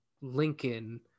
Lincoln